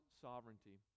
sovereignty